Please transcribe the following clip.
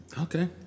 Okay